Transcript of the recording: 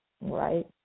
right